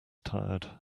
tired